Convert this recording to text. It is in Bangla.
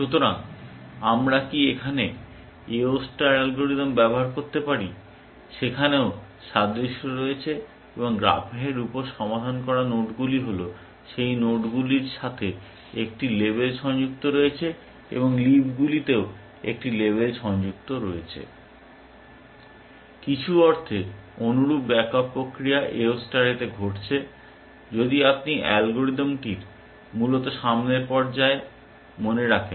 সুতরাং আমরা কি এখানে A O ষ্টার অ্যালগরিদম ব্যবহার করতে পারি সেখানেও সাদৃশ্য রয়েছে এবং গ্রাফের উপর সমাধান করা নোডগুলি হল সেই নোড যেগুলির সাথে একটি লেবেল সংযুক্ত রয়েছে এবং লিফগুলিতেও একটি লেবেল সংযুক্ত রয়েছে । কিছু অর্থে অনুরূপ ব্যাক আপ প্রক্রিয়া A O স্টারেতে ঘটছে যদি আপনি অ্যালগরিদমটির মূলত সামনের পর্যায় মনে রাখেন